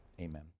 Amen